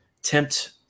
tempt